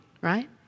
right